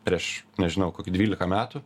prieš nežinau kokį dvylika metų